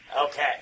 Okay